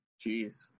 Jeez